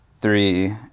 three